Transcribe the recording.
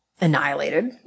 annihilated